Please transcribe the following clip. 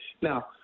Now